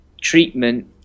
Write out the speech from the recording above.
treatment